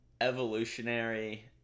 evolutionary